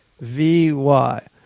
V-Y